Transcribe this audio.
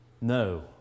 No